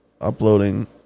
uploading